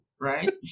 right